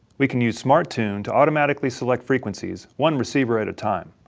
we can use smart tune to automatically select frequencies one receiver at a time.